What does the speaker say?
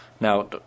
now